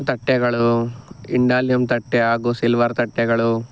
ತಟ್ಟೆಗಳು ಇಂಡಾಲಿಯಮ್ ತಟ್ಟೆ ಹಾಗೂ ಸಿಲ್ವರ್ ತಟ್ಟೆಗಳು